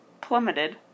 Plummeted